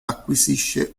acquisisce